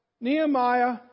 Nehemiah